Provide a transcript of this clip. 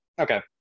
Okay